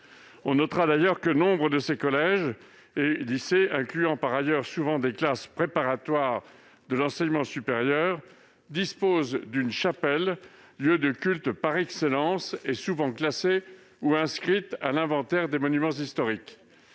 On notera d'ailleurs que nombre de ces collèges et lycées incluant, par ailleurs, souvent des classes préparatoires de l'enseignement supérieur disposent d'une chapelle, lieu de culte par excellence, souvent classée ou inscrite à l'inventaire des monuments historiques.